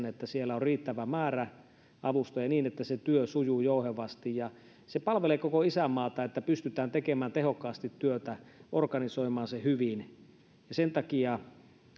että siellä on riittävä määrä avustajia niin että se työ sujuu jouhevasti se palvelee koko isänmaata että pystytään tekemään tehokkaasti työtä organisoimaan se hyvin ja sen takia